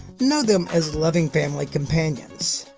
know them as loving family companions.